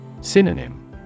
Synonym